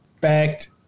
backed